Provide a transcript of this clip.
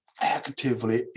actively